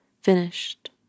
finished